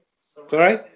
Sorry